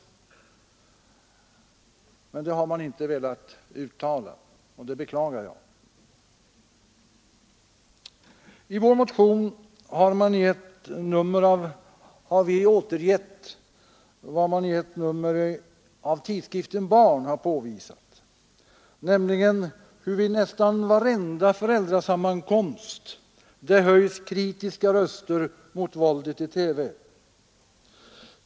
Detta har man emellertid inte velat uttala, och det beklagar jag. I vår motion har vi återgett vad man i ett nummer av tidskriften Barn har påvisat, nämligen hur det vid nästan varenda föräldrasammankomst höjs kritiska röster mot våldet i TV.